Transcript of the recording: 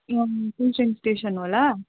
अँ नि कुन चाहिँ स्टेसन होला